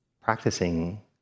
practicing